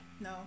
no